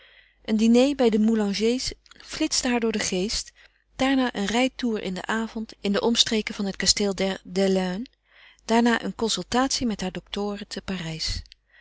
een diner bij de moulangers flitste haar door den geest daarna een rijtoer in den avond in de omstreken van het kasteel der des luynes daarna eene consultatie met hare doktoren te parijs